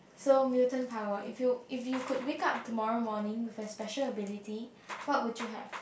so mutant power if you if you could wake up tomorrow morning with a special ability what would you have